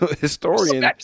historian